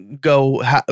go